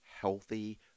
healthy